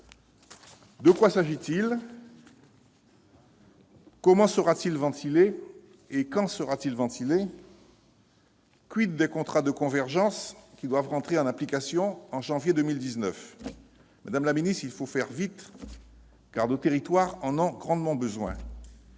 De quoi s'agit-il ? Comment et quand sera-t-elle affectée ? des contrats de convergence, qui doivent entrer en application en janvier 2019 ? Madame la ministre, il faut faire vite, car nos territoires en ont grandement besoin.